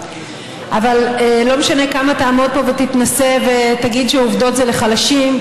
אבל לא משנה כמה תעמוד פה ותתנשא ותגיד שעובדות זה לחלשים,